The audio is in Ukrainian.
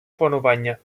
планування